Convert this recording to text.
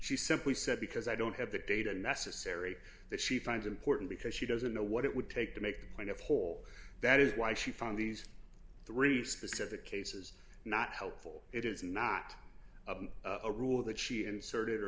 she simply said because i don't have the data necessary that she finds important because she doesn't know what it would take to make a point of whole that is why she found these three specific cases not helpful it is not a rule that she